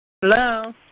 Hello